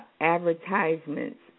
Advertisements